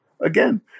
Again